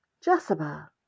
Jessica